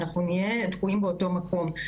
אנחנו נהיה תקועים באותו מקום.